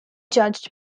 judged